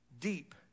deep